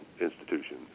institution